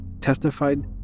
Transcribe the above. testified